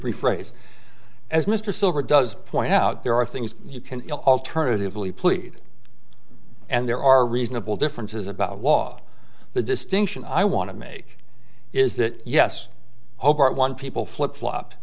rephrase as mr silver does point out there are things you can alternatively plead and there are reasonable differences about was the distinction i want to make is that yes hobart one people flip flop